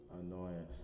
Annoying